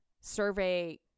survey